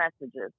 messages